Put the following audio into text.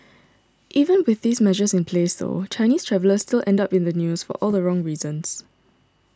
even with these measures in place though Chinese travellers still end up in the news for all the wrong reasons